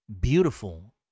Beautiful